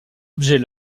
objet